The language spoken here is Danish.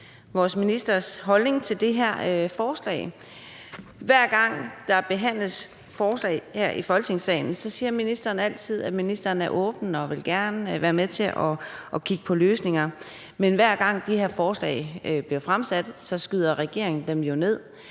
vores ministers holdning til de her forslag. H ver gang der behandles forslag her i Folketingssalen, siger ministeren altid, at ministeren er åben og gerne vil være med til at kigge på løsninger. Men hver gang de her forslag bliver fremsat, skyder regeringen dem jo ned.